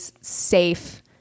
safe